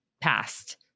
past